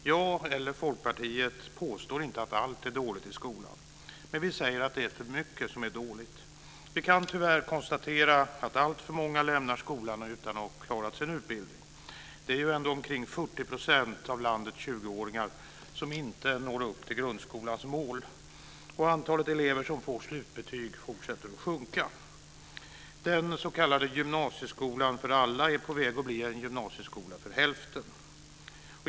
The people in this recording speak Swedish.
Jag eller Folkpartiet påstår inte att allt är dåligt i skolan. Men vi säger att det är för mycket som är dåligt. Vi kan tyvärr konstatera att alltför många lämnar skolan utan att ha klarat sin utbildning. Det är ändå omkring 40 % av landets 20-åringar som inte når upp till grundskolans mål. Antalet elever som får slutbetyg fortsätter att sjunka. Den s.k. gymnasieskolan för alla är på väg att bli en gymnasieskola för hälften.